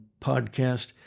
podcast